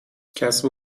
کسب